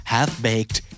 Half-Baked